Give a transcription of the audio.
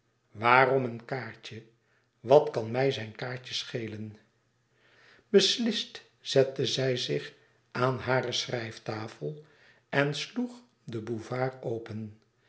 waarom een kaartje wat kan mij zijn kaartje schelen beslist zette zij zich aan hare schrijftafel en sloeg den buvard open